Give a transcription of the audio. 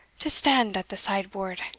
to stand at the sideboard!